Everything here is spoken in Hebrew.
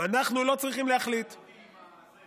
עם "לכה דודי" בפסנתר.